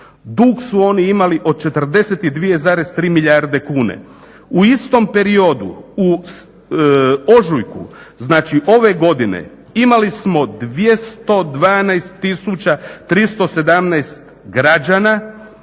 Dug su oni imali od 42,3 milijarde kuna. U istom periodu u ožujku znači ove godine imali smo 212 tisuća 317 građana